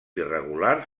irregulars